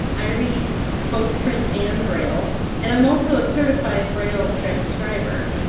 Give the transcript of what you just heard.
i read both print and braille and i'm also a certified braille transcriber.